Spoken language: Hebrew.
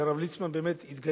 והרב ליצמן התגייס